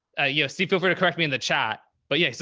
you know, see, feel free to correct me in the chat, but yeah,